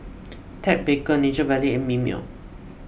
Ted Baker Nature Valley and Mimeo